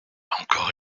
encore